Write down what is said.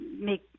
make